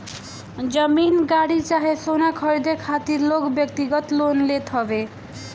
जमीन, गाड़ी चाहे सोना खरीदे खातिर लोग व्यक्तिगत लोन लेत हवे